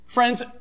Friends